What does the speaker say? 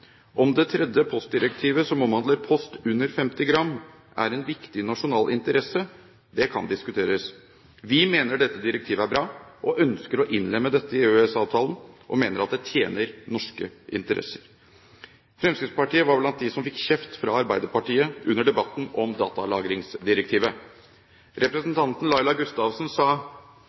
Om det tredje postdirektivet, som omhandler post under 50 gram, er en viktig nasjonal interesse, kan diskuteres. Vi mener dette direktivet er bra og ønsker å innlemme dette i EØS-avtalen, og mener at det tjener norske interesser. Fremskrittspartiet var blant dem som fikk kjeft fra Arbeiderpartiet under debatten om datalagringsdirektivet. Representanten Laila Gustavsen sa